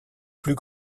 plus